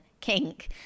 kink